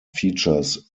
features